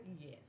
Yes